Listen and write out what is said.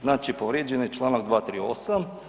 Znači povrijeđen je čl. 238.